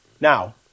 Now